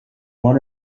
one